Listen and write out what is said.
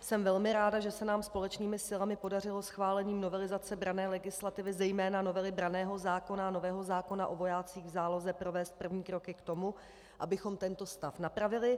Jsem velmi ráda, že se nám společnými silami podařilo schválením novelizace branné legislativy, zejména novely branného zákona a nového zákona o vojácích v záloze, provést první kroky k tomu, abychom tento stav napravili.